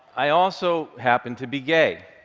i also happen to be gay.